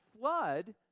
flood